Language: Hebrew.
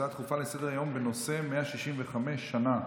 הצעה דחופה לסדר-היום בנושא: 165 שנה